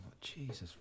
Jesus